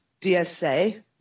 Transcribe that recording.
DSA